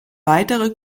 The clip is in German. weitere